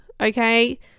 okay